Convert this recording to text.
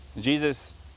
Jesus